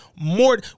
more